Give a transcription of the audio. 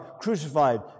crucified